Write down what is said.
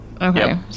Okay